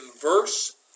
verse